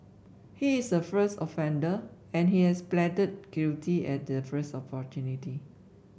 he is a first offender and he has pleaded guilty at the first opportunity